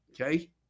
Okay